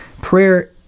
prayer